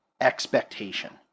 expectation